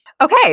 Okay